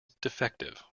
defective